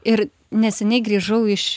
ir neseniai grįžau iš